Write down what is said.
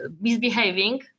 misbehaving